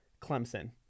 Clemson